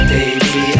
Baby